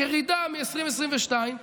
ירידה מ-2022,